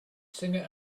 singer